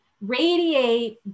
radiate